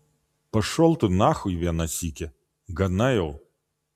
pašol tu nachui vieną sykį gana jau